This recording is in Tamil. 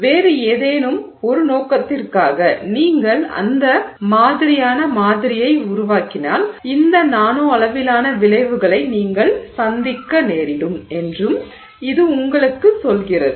வேறு ஏதேனும் ஒரு நோக்கத்திற்காக நீங்கள் அந்த மாதிரியான மாதிரியை உருவாக்கினால் இந்த நானோ அளவிலான விளைவுகளை நீங்கள் சந்திக்க நேரிடும் என்றும் இது உங்களுக்கு சொல்கிறது